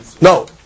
No